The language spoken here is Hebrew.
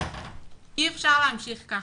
אי אפשר להמשיך ככה,